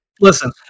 Listen